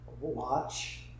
watch